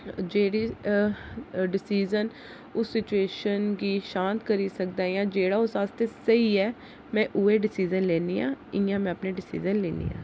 जेह्डे़ डिसिजन उस सिचुएशन गी शांत करी सकदा जां जेह्ड़ा उस आस्तै सेही ऐ में उऐ डिसिजन लैन्नी आं इयां में अपने डिसिजन लैन्नी आं